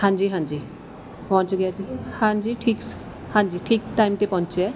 ਹਾਂਜੀ ਹਾਂਜੀ ਪਹੁੰਚ ਗਿਆ ਜੀ ਹਾਂਜੀ ਠੀਕ ਹਾਂਜੀ ਠੀਕ ਟਾਈਮ 'ਤੇ ਪਹੁੰਚਿਆ